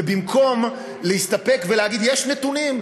ובמקום להסתפק ולהגיד: יש נתונים,